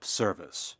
service